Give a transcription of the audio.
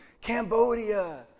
Cambodia